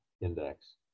index